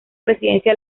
presidencia